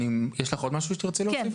יש לך עוד משהו שאת רוצה להוסיף?